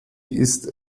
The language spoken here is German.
ist